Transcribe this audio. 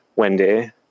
Wendy